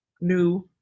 new